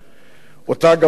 שאותה גם אתה אימצת.